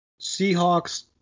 Seahawks